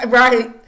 right